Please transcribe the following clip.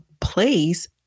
place